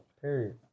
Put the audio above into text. period